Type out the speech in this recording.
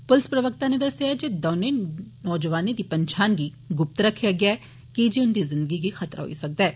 पुलस प्रवक्ता नै दस्सेआ ऐ जे दौनें नौजुआनें दी पंछान गी गुप्त रक्खेआ गेआ ऐ की जे उंदी जिंदगी गी खतरा होई सकदा ऐ